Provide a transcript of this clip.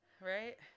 Right